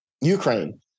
Ukraine